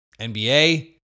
NBA